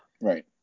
Right